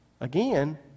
again